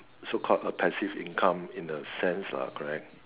so called a passive income in a sense lah correct